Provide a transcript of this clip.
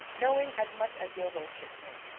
knowing as much as your lordship knew.